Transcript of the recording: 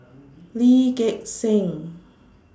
Lee Gek Seng